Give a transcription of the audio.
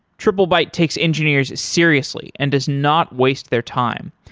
triplebyte takes engineers seriously and does not waste their time.